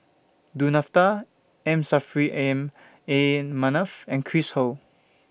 Du Nanfa M Saffri Am A Manaf and Chris Ho